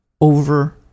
over